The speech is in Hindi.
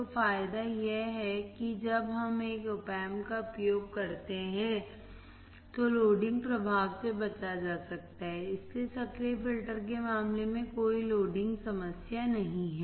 तो फायदा यह है कि जब हम एक op amp का उपयोग करते हैं तो लोडिंग प्रभाव से बचा जा सकता है इसलिए सक्रिय फिल्टर के मामले में कोई लोडिंग समस्या नहीं है